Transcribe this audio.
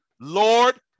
Lord